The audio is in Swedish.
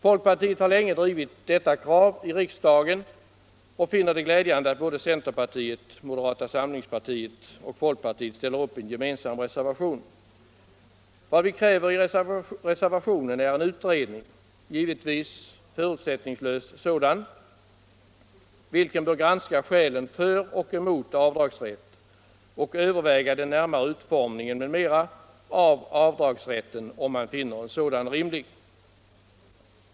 Folkpartiet har länge drivit detta krav i riksdagen och finner det glädjande att både centerpartiet och moderata samlingspartiet tillsammans med folkpartiet ställer upp i en gemensam reservation. Vad vi kräver i reservationen är en utredning — givetvis en förutsättningslös sådan — vilken bör granska skälen för och emot avdragsrätt och överväga den närmare utformningen m.m. av avdragsrätten, om man finner en sådan rimlig.